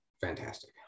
Fantastic